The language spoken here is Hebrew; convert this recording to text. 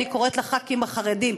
אני קוראת לחברי הכנסת החרדים,